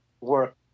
work